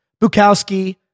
bukowski